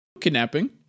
Kidnapping